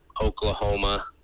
Oklahoma